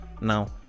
now